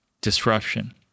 disruption